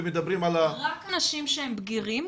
רק אנשים שהם בגירים,